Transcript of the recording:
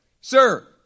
Sir